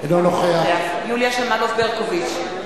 אינו נוכח יוליה שמאלוב-ברקוביץ,